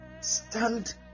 Stand